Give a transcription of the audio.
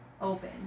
open